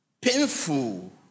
painful